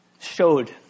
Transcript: Showed